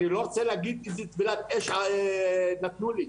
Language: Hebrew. אני לא רוצה להגיד איזו טבילת אש נתנו לי,